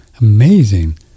amazing